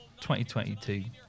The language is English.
2022